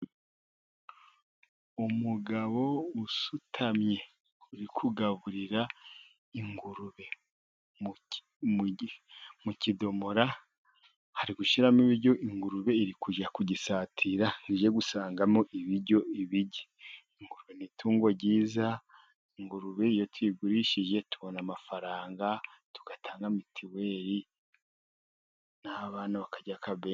Umugabo usutamye uri kugaburira ingurube mukidomora ari gushyiramo ibiryo, ingurube iri kujya kugisatira ngo ijye gusangamo ibiryo ngo ibirye. Ingurube ni itungo ryiza, ingurube iyo tuyigurishije tubona amafaranga tugatanga mitiweri n'abana bakajya akabenzi.